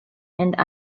and